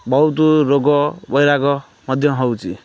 ବହୁତ ରୋଗ ବୈରାଗ ମଧ୍ୟ ହେଉଛି